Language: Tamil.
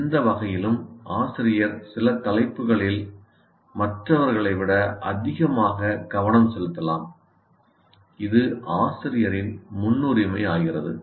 எந்த வகையிலும் ஆசிரியர் சில தலைப்புகளில் மற்றவர்களை விட அதிகமாக கவனம் செலுத்தலாம் இது ஆசிரியரின் முன்னுரிமையாகிறது